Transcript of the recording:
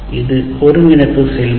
இது ஒருங்கிணைப்பு செயல்முறை